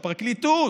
כשהפרקליטות